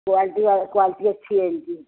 quality quality اچھی ہے ان کی